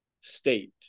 state